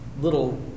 little